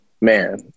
man